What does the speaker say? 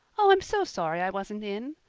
oh, i'm so sorry i wasn't in.